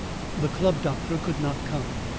the club doctor could not come.